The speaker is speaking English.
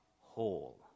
whole